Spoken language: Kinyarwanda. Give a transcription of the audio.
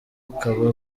ukaba